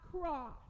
cross